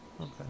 Okay